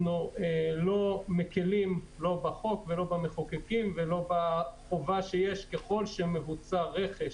אנחנו לא מקלים לא בחוק ולא במחוקקים ולא בחובה שיש שככל שמבוצע רכש,